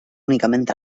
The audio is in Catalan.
únicament